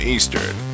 Eastern